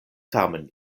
tamen